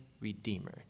redeemer